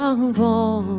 so huvelle.